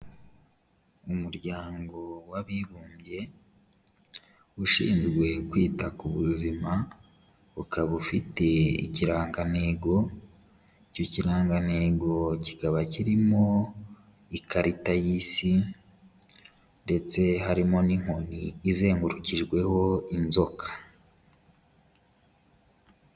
Umuryango w'Abibumbye ushinzwe kwita ku buzima, ukaba ufite ikirangantego, icyo kirangantego kikaba kirimo ikarita y'isi ndetse harimo n'inkoni izengurukijweho inzoka.